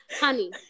Honey